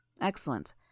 Excellent